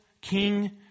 King